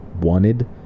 wanted